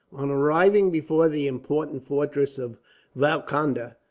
on arriving before the important fortress of valkonda,